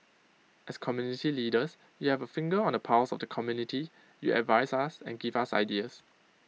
as community leaders you have A finger on the pulse of the community you advise us and give us ideas